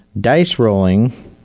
dice-rolling